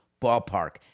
ballpark